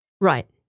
right